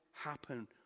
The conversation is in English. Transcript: happen